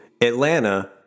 Atlanta